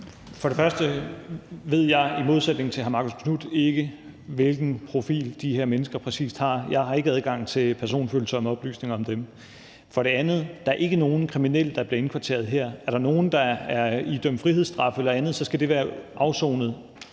til hr. Marcus Knuth ikke, hvilken profil de her mennesker præcis har; jeg har ikke adgang til personfølsomme oplysninger om dem. For det andet er der ikke nogen kriminelle, der bliver indkvarteret her. Er der nogen, der er idømt frihedsstraf eller andet, skal det være afsonet,